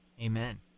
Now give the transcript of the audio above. Amen